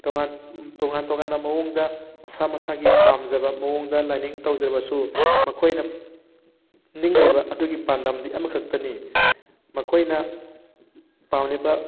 ꯇꯣꯉꯥꯟ ꯇꯣꯉꯥꯟ ꯇꯣꯉꯥꯟꯕ ꯃꯋꯣꯡꯗ ꯃꯁꯥ ꯃꯁꯥꯒꯤ ꯄꯥꯝꯖꯕ ꯃꯋꯣꯡꯗ ꯂꯥꯏꯅꯤꯡ ꯇꯧꯖꯔꯕꯁꯨ ꯃꯈꯣꯏꯅ ꯅꯤꯡꯂꯤꯕ ꯑꯗꯨꯒꯤ ꯄꯥꯟꯗꯝꯗꯤ ꯑꯃꯈꯛꯇꯅꯤ ꯃꯈꯣꯏꯅ ꯄꯥꯝꯂꯤꯕ